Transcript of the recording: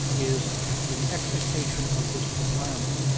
is the expectation of this retirement,